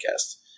podcast